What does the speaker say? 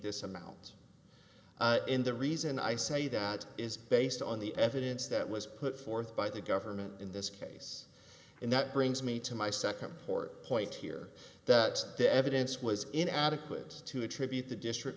this amount in the reason i say that is based on the evidence that was put forth by the government in this case and that brings me to my second court point here that the evidence was in adequate to attribute the district